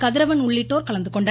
கதிரவன் உள்ளிட்டோர் கலந்து கொண்டனர்